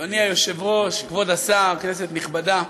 אדוני היושב-ראש, כבוד השר, כנסת נכבדה,